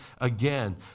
again